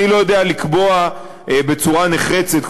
אני לא יודע לקבוע בצורה נחרצת,